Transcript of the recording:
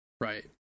Right